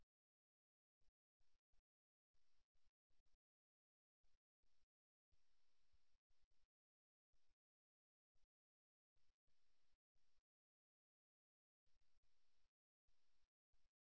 முதல் புகைப்படத்தில் உடல் சமிக்ஞை சைகைகள் மற்றும் தோரணைகளைப் பார்த்தால் அவை ஒருவருக்கொருவர் நிச்சயமற்ற உணர்வை வெளிப்படுத்துகின்றன என்பதைக் காணலாம்